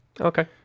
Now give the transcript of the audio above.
okay